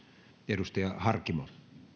edustaja harkimo